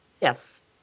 Yes